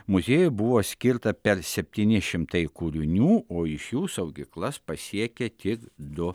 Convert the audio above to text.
muziejui buvo skirta per septyni šimtai kūrinių o iš jų saugyklas pasiekė tik du